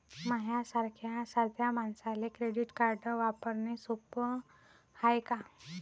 माह्या सारख्या साध्या मानसाले क्रेडिट कार्ड वापरने सोपं हाय का?